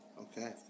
Okay